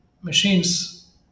machines